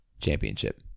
championship